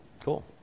Cool